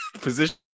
position